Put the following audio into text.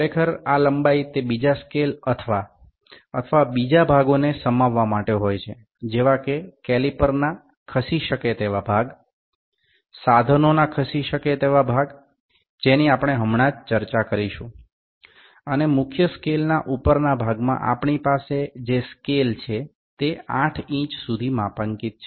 ખરેખર આ લંબાઈ તે બીજા સ્કેલ અથવા અથવા બીજા ભાગોને સમાવવા માટે હોય છે જેવા કે કેલિપરના ખસી શકે તેવા ભાગ સાધનોના ખસી શકે તેવા ભાગ જેની આપણે હમણાં જ ચર્ચા કરીશું અને મુખ્ય સ્કેલના ઉપરના ભાગમાં આપણી પાસે જે સ્કેલ છે તે 8 ઇંચ સુધી માપાંકિત છે